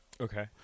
Okay